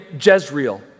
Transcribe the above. Jezreel